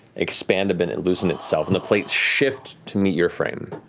expand a bit and loosen itself and the plates shift to meet your frame.